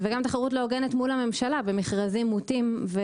וגם תחרות לא הוגנת מול הממשלה במכרזים מוטים.